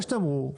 יש תמרור,